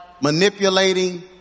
manipulating